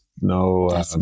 no